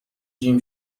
جیم